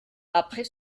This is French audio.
après